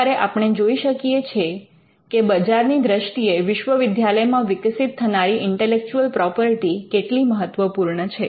આ પ્રકારે આપણે જોઈ શકીએ છે કે બજારની દ્રષ્ટિએ વિશ્વવિદ્યાલયમાં વિકસિત થનારી ઇન્ટેલેક્ચુઅલ પ્રોપર્ટી કેટલી મહત્વપૂર્ણ છે